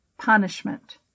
punishment